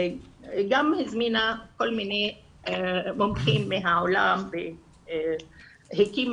היא גם הזמינה כל מיני מומחים מהעולם והקימה